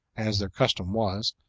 as their custom was,